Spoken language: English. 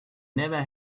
never